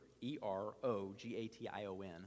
E-R-O-G-A-T-I-O-N